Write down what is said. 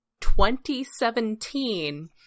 2017